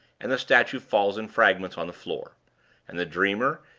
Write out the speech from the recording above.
and the statue falls in fragments on the floor and the dreamer,